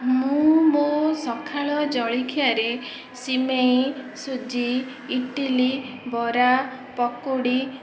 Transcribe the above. ମୁଁ ମୋ ସକାଳ ଜଳିଖିଆରେ ସିମେଇ ସୁଜି ଇଟିଲି ବରା ପକୁଡ଼ି